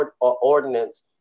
ordinance